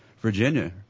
virginia